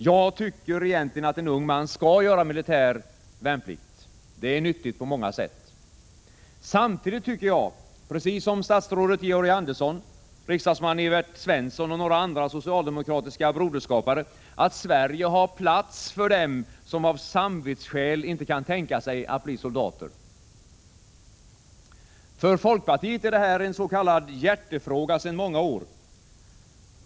Jag tycker egentligen att en ung man skall göra militär värnplikt. Det är nyttigt på många sätt. Samtidigt tycker jag — precis som statsrådet Georg Andersson, riksdagsman Evert Svensson och några andra socialdemokratiska broderskapare — att Sverige har plats även för dem som av samvetsskäl inte kan tänka sig att bli soldater. För folkpartiet är det här en s.k. hjärtefråga sedan många år.